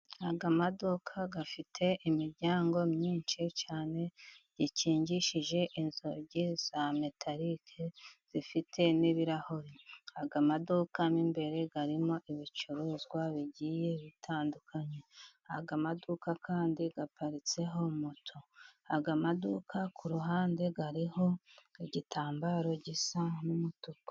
Aya maduka afite imiryango myinshi cyane, ikingishije inzugi za metarike, zifite n'ibirahuri, aya maduka mo imbere harimo ibicuruzwa bigiye bitandukanye, aya maduka kandi aparitseho moto, aya maduka kuruhande ariho igitambaro gisa n'umutuku.